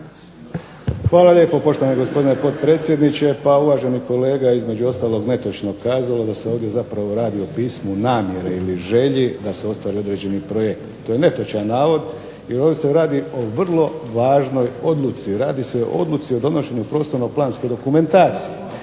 Hvala lijepo poštovani gospodine potpredsjedniče. Pa uvaženi kolega je između netočnog kazao da se ovdje zapravo radi o pismu namjere ili želji da se ostvari određeni projekt. To je netočan navod, jer ovdje se radi o vrlo važnoj odluci. Radi se o odluci donošenju prostorno planske dokumentacije.